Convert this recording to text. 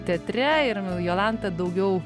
teatre ir nu jolanta daugiau